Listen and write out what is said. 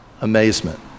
amazement